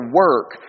work